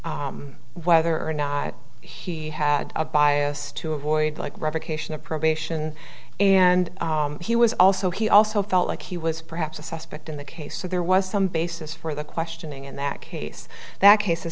about whether or not he had a bias to avoid like revocation of probation and he was also he also felt like he was perhaps a suspect in the case so there was some basis for the questioning in that case that case